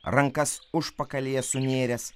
rankas užpakalyje sunėręs